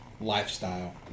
lifestyle